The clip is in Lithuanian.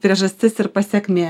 priežastis ir pasekmė